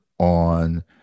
On